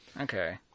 okay